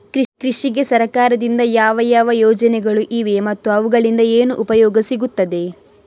ಕೃಷಿಗೆ ಸರಕಾರದಿಂದ ಯಾವ ಯಾವ ಯೋಜನೆಗಳು ಇವೆ ಮತ್ತು ಅವುಗಳಿಂದ ಏನು ಉಪಯೋಗ ಸಿಗುತ್ತದೆ?